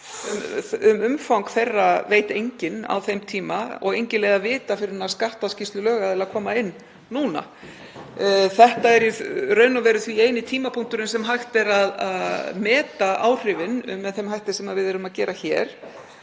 Um umfang þeirra veit enginn á þeim tíma og engin leið að vita fyrr en skattskýrslur lögaðila koma inn núna. Þetta er því eini tímapunkturinn sem hægt er að meta áhrifin með þeim hætti sem við gerum hér